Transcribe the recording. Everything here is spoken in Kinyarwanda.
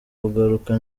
kugaruka